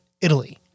Italy